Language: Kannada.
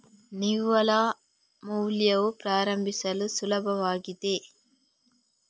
ನಿವ್ವಳ ಮೌಲ್ಯವು ಪ್ರಾರಂಭಿಸಲು ಸುಲಭವಾಗಿದೆ